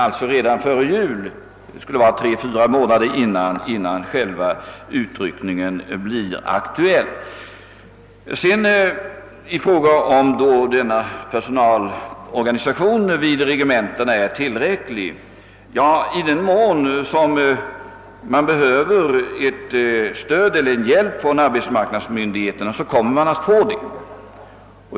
Detta var sålunda redan tre å fyra månader innan utryckningen blev aktuell. Vidare har det frågats huruvida personalvårdsorganisationen vid regementena är tillräcklig. Jag vill svara att i den mån man behöver stöd eller hjälp av arbetsmarknadsmyndigheterna kommer man att få det.